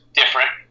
different